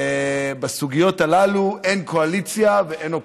בסוגיות הללו אין קואליציה ואין אופוזיציה.